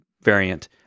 variant